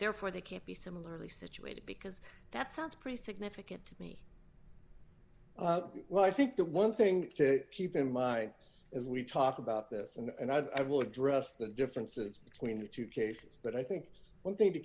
therefore they can't be similarly situated because that sounds pretty significant to me well i think the one thing to keep in my as we talk about this and i will address the differences between the two cases but i think one thing to